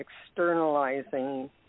externalizing